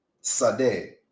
Sade